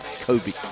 Kobe